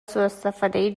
سواستفاده